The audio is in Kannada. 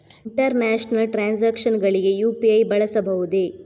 ಇಂಟರ್ನ್ಯಾಷನಲ್ ಟ್ರಾನ್ಸಾಕ್ಷನ್ಸ್ ಗಳಿಗೆ ಯು.ಪಿ.ಐ ಬಳಸಬಹುದೇ?